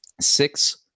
six